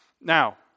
Now